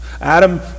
Adam